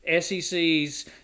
SEC's –